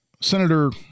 Senator